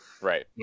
right